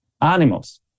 animals